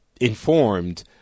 informed